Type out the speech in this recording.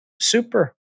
super